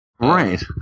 Right